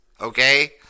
okay